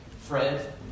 Fred